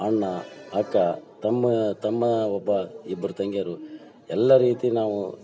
ಅಣ್ಣ ಅಕ್ಕ ತಮ್ಮ ತಮ್ಮ ಒಬ್ಬ ಇಬ್ರು ತಂಗಿಯರು ಎಲ್ಲ ರೀತಿ ನಾವು